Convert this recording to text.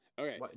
Okay